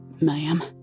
Ma'am